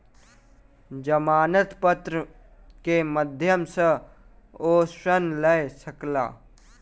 जमानत पत्र के माध्यम सॅ ओ ऋण लय सकला